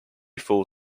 four